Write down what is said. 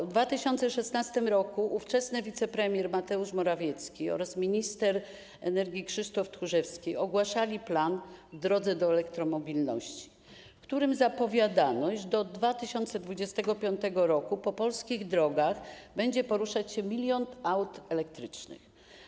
W 2016 r. ówczesny wicepremier Mateusz Morawiecki oraz minister energii Krzysztof Tchórzewski ogłaszali plan w drodze do elektromobilności, w którym zapowiadano, iż do 2025 r. po polskich drogach będzie poruszać się 1 mln aut elektrycznych.